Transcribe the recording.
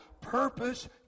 purpose